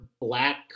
Black